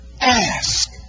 ask